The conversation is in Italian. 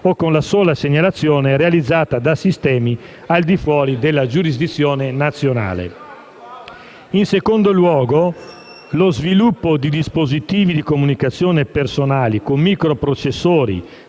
o con la sola segnalazione realizzata da sistemi al di fuori della giurisdizione nazionale. In secondo luogo, lo sviluppo di dispositivi di comunicazione personali con microprocessori